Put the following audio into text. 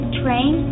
train